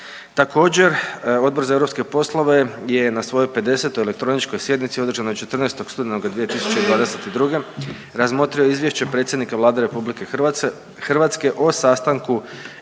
Također Odbor za europske poslove je na svojoj 50. elektroničkoj sjednici održanoj 14. studenoga 2022.g. razmotrio izvješće predsjednika Vlade RH o sastanku